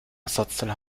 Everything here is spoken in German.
ersatzteil